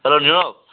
hello Nirav